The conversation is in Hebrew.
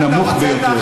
הוא נמוך ביותר,